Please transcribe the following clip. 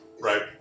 right